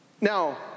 Now